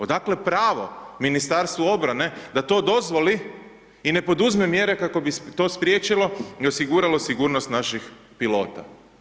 Odakle pravo Ministarstvu obrane da to dozvoli i ne poduzme mjere kako bi se to spriječilo i osiguralo sigurnost naših pilota.